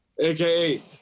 AKA